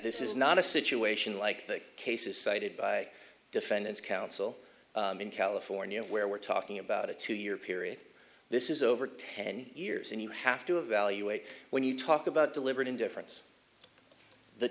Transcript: this is not a situation like the cases cited by defendant's counsel in california where we're talking about a two year period this is over ten years and you have to evaluate when you talk about deliberate indifference the